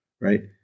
Right